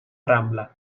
rambla